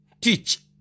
Teach